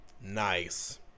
Nice